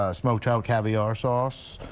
ah smoked ah caviar sauce.